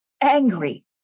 angry